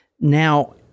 now